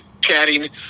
chatting